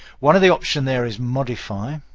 one of the option there is modify.